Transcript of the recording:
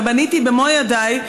ובניתי במו ידיי,